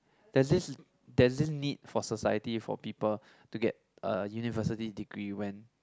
there's this there's this need for society for people to get uh university degree when